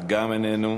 איננו,